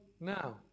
now